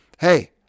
hey